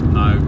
no